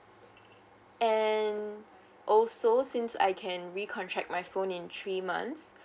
and also since I can recontract my phone in three months